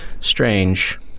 Strange